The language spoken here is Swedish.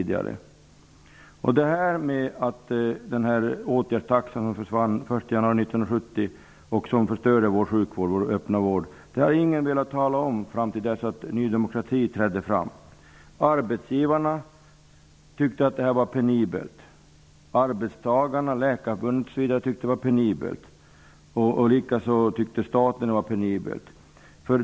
Det förhållandet att åtgärdstaxans försvinnande den 1 januari 1970 förstörde vår sjukvård och dess effektivitet har ingen velat redovisa förrän Ny demokrati trädde fram. Arbetsgivarna tyckte att det var penibelt, likaså arbetstagarna, Läkarförbundet osv. På statligt håll tyckte man detsamma.